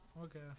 Okay